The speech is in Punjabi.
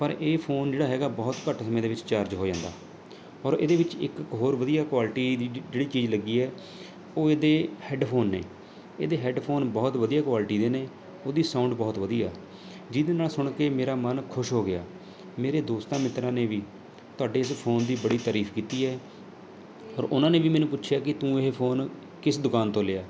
ਪਰ ਇਹ ਫ਼ੋਨ ਜਿਹੜਾ ਹੈਗਾ ਬਹੁਤ ਘੱਟ ਸਮੇਂ ਦੇ ਵਿੱਚ ਚਾਰਜ ਹੋ ਜਾਂਦਾ ਔਰ ਇਹਦੇ ਵਿੱਚ ਇੱਕ ਹੋਰ ਵਧੀਆ ਕੁਆਲਟੀ ਇਹਦੀ ਜ ਜਿਹੜੀ ਚੀਜ਼ ਲੱਗੀ ਹੈ ਉਹ ਇਹਦੇ ਹੈੱਡਫ਼ੋਨ ਨੇ ਇਹਦੇ ਹੈੱਡਫ਼ੋਨ ਬਹੁਤ ਵਧੀਆ ਕੁਆਲਟੀ ਦੇ ਨੇ ਉਹਦੀ ਸਾਊਂਡ ਬਹੁਤ ਵਧੀਆ ਜਿਹਦੇ ਨਾਲ਼ ਸੁਣ ਕੇ ਮੇਰਾ ਮਨ ਖੁਸ਼ ਹੋ ਗਿਆ ਮੇਰੇ ਦੋਸਤਾਂ ਮਿੱਤਰਾਂ ਨੇ ਵੀ ਤੁਹਾਡੇ ਇਸ ਫ਼ੋਨ ਦੀ ਬੜੀ ਤਰੀਫ਼ ਕੀਤੀ ਹੈ ਔਰ ਉਹਨਾਂ ਨੇ ਵੀ ਮੈਨੂੰ ਪੁੱਛਿਆ ਕਿ ਤੂੰ ਇਹ ਫ਼ੋਨ ਕਿਸ ਦੁਕਾਨ ਤੋਂ ਲਿਆ